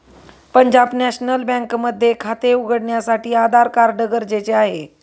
Punjab National Bank मध्ये खाते उघडण्यासाठी आधार कार्ड गरजेचे आहे